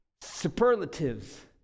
Superlatives